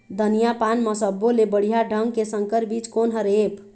धनिया पान म सब्बो ले बढ़िया ढंग के संकर बीज कोन हर ऐप?